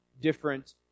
different